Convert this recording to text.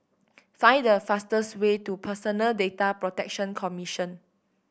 find the fastest way to Personal Data Protection Commission